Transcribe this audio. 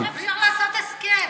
איך אפשר לעשות הסכם?